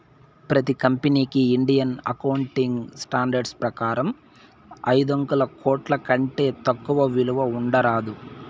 ప్రతి కంపెనీకి Indian accounting standards ప్రకారం ఐదొందల కోట్ల కంటే తక్కువ విలువ ఉండరాదు